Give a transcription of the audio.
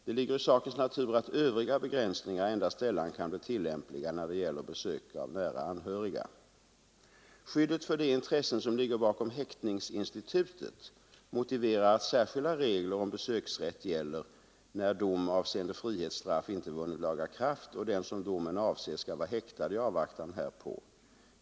Det ligger i sakens natur att övriga begränsningar endast sällan kan bli tillämpliga när det gäller besök av nära anhöriga. Skyddet för de intressen som ligger bakom häktningsinstitutet motiverar att särskilda regler om besöksrätt gäller, när dom avseende frihetsstraff inte vunnit laga kraft och den som domen avser skall vara häktad i avvaktan härpå.